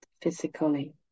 physically